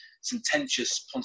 sententious